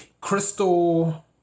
crystal